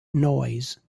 noise